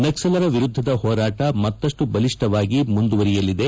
ನಕ್ಕಲರ ವಿರುದ್ದದ ಹೋರಾಟ ಮತ್ತಷ್ಟು ಬಲಿಷ್ಠವಾಗಿ ಮುಂದುವರಿಯಲಿದೆ